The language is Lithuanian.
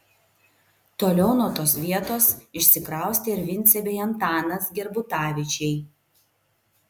toliau nuo tos vietos išsikraustė ir vincė bei antanas gerbutavičiai